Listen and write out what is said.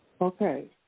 Okay